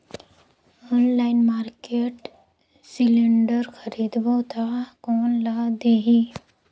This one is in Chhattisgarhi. ऑनलाइन मार्केट सिलेंडर खरीदबो ता कोन ला देही?